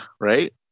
right